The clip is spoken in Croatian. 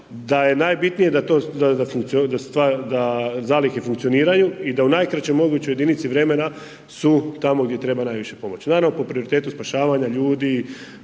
da je najbitnije da to zalihe funkcioniraju i da u najkraćoj mogućoj jedinici vremena su tamo gdje treba najviše pomoći. Naravno, po prioritetu spašavanja ljudi,